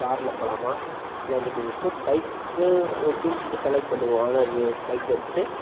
காரில் போகலாமா இல்லைன்னு சொல்லிட்டு பைக்கு ஓகேன்னு சொல்லிட்டு செலக்ட் பண்ணிடுவோம் ஆனால் பைக்கை எடுத்துட்டு